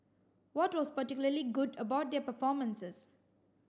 what was particularly good about their performances